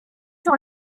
sur